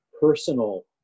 personal